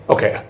Okay